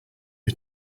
you